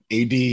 AD